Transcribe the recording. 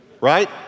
right